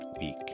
week